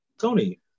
Tony